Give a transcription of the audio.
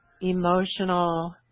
emotional